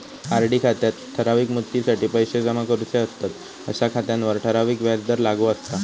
RD खात्यात ठराविक मुदतीसाठी पैशे जमा करूचे असतंत अशा खात्यांवर ठराविक व्याजदर लागू असता